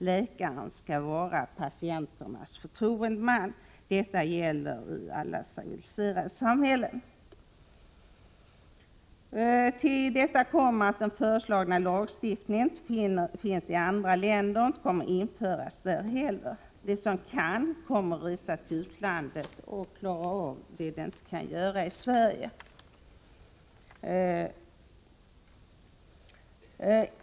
Läkaren skall vara patientens förtroendeman. Detta gäller i alla civiliserade samhällen. Till detta kommer att den nu föreslagna lagstiftningen inte finns i andra länder och inte kommer att införas där heller. De som kan kommer att resa till utlandet och klara av det som de inte kan göra i Sverige.